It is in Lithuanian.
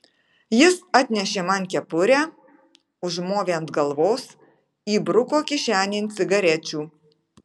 jis atnešė man kepurę užmovė ant galvos įbruko kišenėn cigarečių